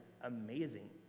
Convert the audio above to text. amazing